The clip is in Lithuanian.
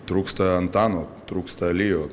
trūksta antano trūksta lijo